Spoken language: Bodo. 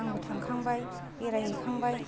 आंबो थांखांबाय बेरायहैखांबाय